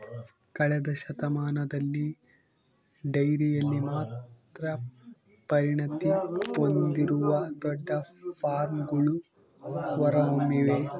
ಕಳೆದ ಶತಮಾನದಲ್ಲಿ ಡೈರಿಯಲ್ಲಿ ಮಾತ್ರ ಪರಿಣತಿ ಹೊಂದಿರುವ ದೊಡ್ಡ ಫಾರ್ಮ್ಗಳು ಹೊರಹೊಮ್ಮಿವೆ